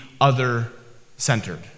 other-centered